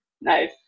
Nice